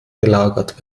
gelagert